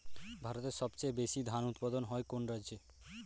ভারতের সবচেয়ে বেশী ধান উৎপাদন হয় কোন রাজ্যে?